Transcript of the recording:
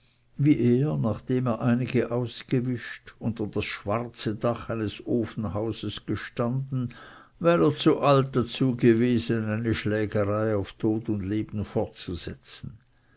wie er nachdem er einige ausgewischt unter das schwarze dach eines ofenhauses gestanden weil er zu alt dazu gewesen eine schlägerei auf tod und leben fortzusetzen